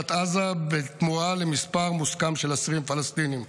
מרצועת עזה בתמורה למספר מוסכם של 20 פלסטינים.